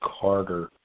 Carter